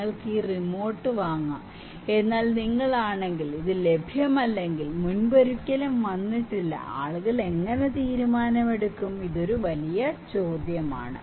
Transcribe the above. നിങ്ങൾക്ക് ഈ റിമോട്ട് വാങ്ങാം എന്നാൽ നിങ്ങളാണെങ്കിൽ ഇത് ലഭ്യമല്ലെങ്കിൽ മുമ്പൊരിക്കലും വന്നിട്ടില്ല ആളുകൾ എങ്ങനെ തീരുമാനമെടുക്കും എന്നത് ഒരു വലിയ ചോദ്യമാണ്